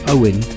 Owen